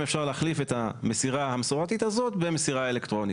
אפשר להחליף את המסירה המסורתית הזאת במסירה אלקטרונית.